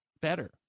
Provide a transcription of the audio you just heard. better